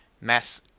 mass